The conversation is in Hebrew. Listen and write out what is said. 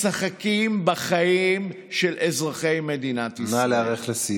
אתה מכיר, הרי, אתה מכיר את המטרה שלשמה בעצם עשו